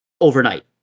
overnight